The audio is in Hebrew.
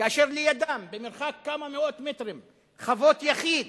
כאשר לידם, במרחק כמה מאות מטרים, חוות יחיד